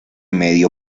medio